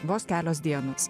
vos kelios dienos